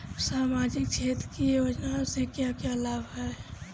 सामाजिक क्षेत्र की योजनाएं से क्या क्या लाभ है?